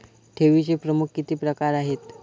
ठेवीचे प्रमुख किती प्रकार आहेत?